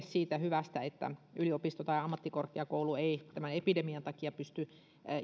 siitä hyvästä että yliopisto tai ammattikorkeakoulu ei tämän epidemian takia pysty